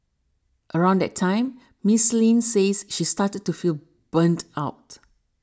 around that time Miss Lin says she started to feel burnt out